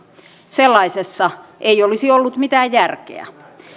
sellaisessa ei olisi ollut mitään järkeä